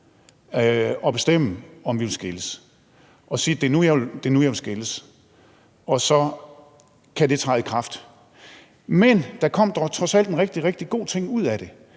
at bestemme, om vi vil skilles og sige: Det er nu, jeg vil skilles. Og så kan det træde i kraft. Men der kom trods alt en rigtig, rigtig god ting ud af det,